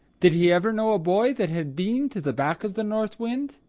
did he ever know a boy that had been to the back of the north wind?